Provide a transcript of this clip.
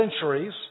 centuries